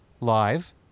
live